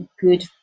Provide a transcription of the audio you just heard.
good